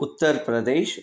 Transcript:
उत्तर्प्रदेशः